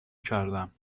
کردم